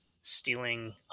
stealing